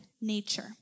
nature